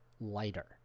lighter